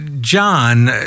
John